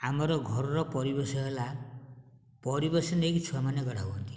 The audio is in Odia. ଆମର ଘରର ପରିବେଶ ହେଲା ପରିବେଶ ନେଇକି ଛୁଆମାନେ ଗଢ଼ା ହୁଅନ୍ତି